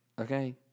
okay